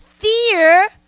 Fear